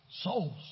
Souls